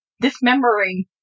dismembering